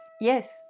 Yes